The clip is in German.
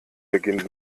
beginnt